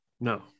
No